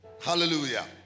Hallelujah